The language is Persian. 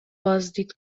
بازدید